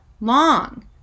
long